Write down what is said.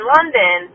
London